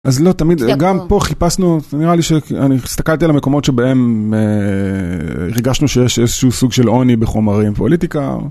אז לא תמיד, גם פה חיפשנו, נראה לי שאני הסתכלתי על המקומות שבהם הרגשנו שיש איזשהו סוג של עוני בחומרים, פוליטיקה.